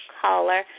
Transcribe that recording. caller